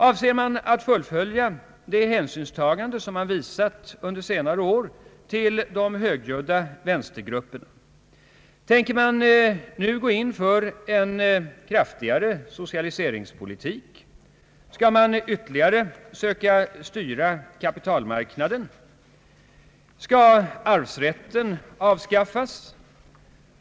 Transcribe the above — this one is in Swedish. Avser den att fullfölja det hänsynstagande som den visat under senare år till de högljudda vänstergrupperna? Tänker den nu gå in för en kraftigare socialiseringspolitik? Skall den ytterligare söka styra kapitalmarknaden? Skall arvsrätten avskaffas?